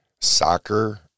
soccer